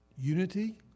Unity